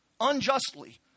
unjustly